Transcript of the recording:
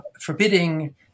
forbidding